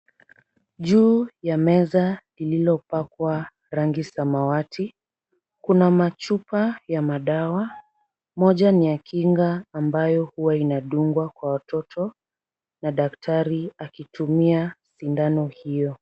Juu ya meza lililopakwa rangi samawati kuna machupa ya madawa, moja ni ya kinga ambayo huwa inadungwa kwa watoto na daktari akitumia sindano hiyo.